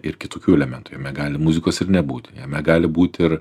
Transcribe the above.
ir kitokių elementų jame gali muzikos ir nebūt jame gali būt ir